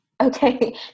Okay